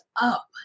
up